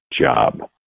job